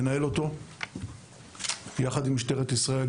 לנהל אותו ביחד עם משטרת ישראל,